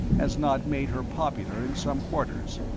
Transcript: has not made her popular in some quarters.